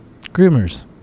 Groomers